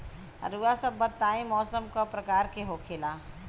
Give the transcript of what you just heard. रउआ सभ बताई मौसम क प्रकार के होखेला?